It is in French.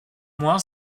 moins